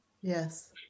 Yes